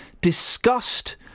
discussed